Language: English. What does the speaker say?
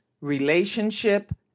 relationship